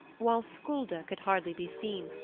while skulda could hardly be seen,